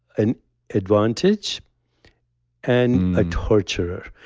an advantage and a torturer.